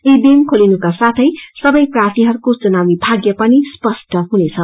EBM खोलनुका साथै सबै प्रार्थीहरूको चुनावी भाग्य पनि स्पष्ट हुनेछ